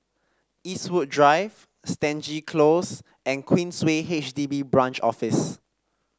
Eastwood Drive Stangee Close and Queensway H D B Branch Office